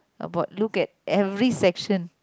about look at every section